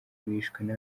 bishwe